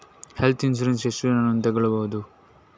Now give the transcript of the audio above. Health insurance ಎಷ್ಟು ಜನರನ್ನು ತಗೊಳ್ಬಹುದು?